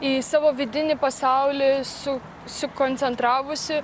į savo vidinį pasaulį susikoncentravusi